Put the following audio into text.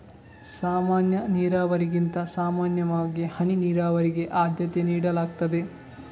ಸಾಮಾನ್ಯ ನೀರಾವರಿಗಿಂತ ಸಾಮಾನ್ಯವಾಗಿ ಹನಿ ನೀರಾವರಿಗೆ ಆದ್ಯತೆ ನೀಡಲಾಗ್ತದೆ